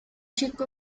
chico